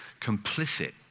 complicit